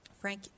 Frank